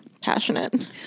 passionate